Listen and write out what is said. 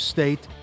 State